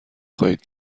خواهید